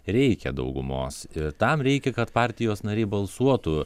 reikia daugumos ir tam reikia kad partijos nariai balsuotų